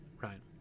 right